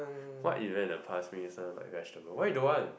what event in the past make you stun like vegetable why you don't want